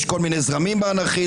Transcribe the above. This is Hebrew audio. יש כל מיני זרמים באנרכיזם.